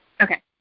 Okay